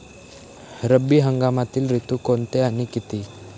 रब्बी हंगामातील ऋतू कोणते आणि किती?